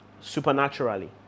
supernaturally